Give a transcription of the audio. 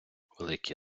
великі